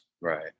Right